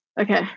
okay